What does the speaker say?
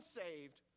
saved